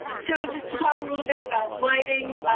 so just to talk a little bit about lighting.